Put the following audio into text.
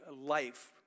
life